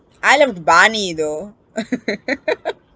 I love barney though